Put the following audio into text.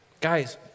Guys